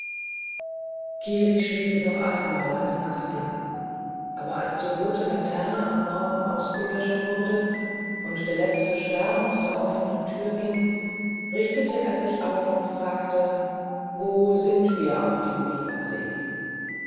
kiri schwieg noch einmal eine nacht lang aber als die rote laterne am morgen ausgelöscht wurde und der letzte stern aus der offenen tür ging richtete er sich auf und fragte wo sind wir auf dem biwasee